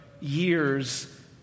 years